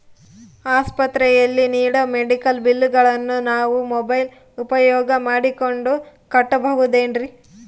ಆಸ್ಪತ್ರೆಯಲ್ಲಿ ನೇಡೋ ಮೆಡಿಕಲ್ ಬಿಲ್ಲುಗಳನ್ನು ನಾವು ಮೋಬ್ಯೆಲ್ ಉಪಯೋಗ ಮಾಡಿಕೊಂಡು ಕಟ್ಟಬಹುದೇನ್ರಿ?